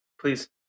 Please